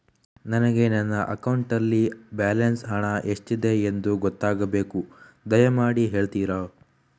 ನನಗೆ ನನ್ನ ಅಕೌಂಟಲ್ಲಿ ಬ್ಯಾಲೆನ್ಸ್ ಹಣ ಎಷ್ಟಿದೆ ಎಂದು ಗೊತ್ತಾಗಬೇಕು, ದಯಮಾಡಿ ಹೇಳ್ತಿರಾ?